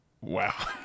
Wow